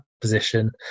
position